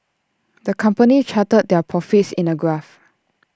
the company charted their profits in A graph